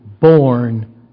born